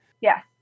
Yes